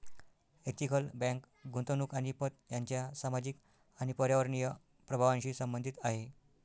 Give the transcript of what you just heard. ethical bank गुंतवणूक आणि पत यांच्या सामाजिक आणि पर्यावरणीय प्रभावांशी संबंधित आहे